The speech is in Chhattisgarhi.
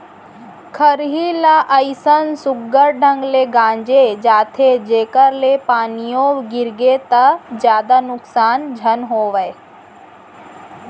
खरही ल अइसन सुग्घर ढंग ले गांजे जाथे जेकर ले पानियो गिरगे त जादा नुकसान झन होवय